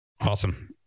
Awesome